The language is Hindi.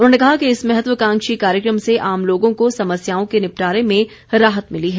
उन्होंने कहा कि इस महत्वाकांक्षी कार्यक्रम से आम लोगों को समस्याओं के निपटारे में राहत मिली है